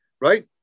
right